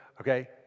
Okay